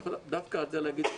ולקחת חלק בדיון החשוב הזה.